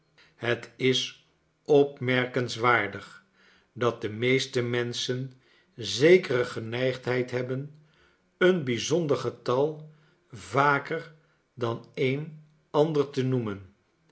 het is opmerkenswaardig dat demeestemenschen zekere geneigdheid hebben een bijzonder getal vaker dan een ander te noemen